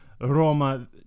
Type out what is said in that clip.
Roma